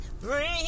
bring